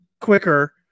quicker